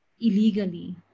illegally